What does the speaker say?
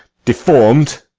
deform'd,